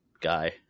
guy